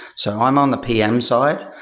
so i'm on the pm side.